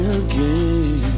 again